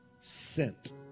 sent